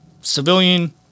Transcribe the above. civilian